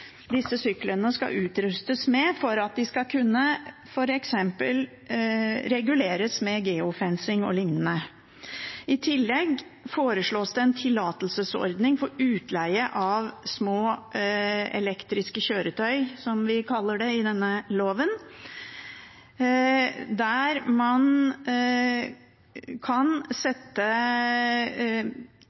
disse syklene skal utrustes med for at de f.eks. skal kunne reguleres med «geofencing» og lignende. I tillegg foreslås det en tillatelsesordning for utleie av små elektriske kjøretøy, som vi kaller det i denne loven, der man kan sette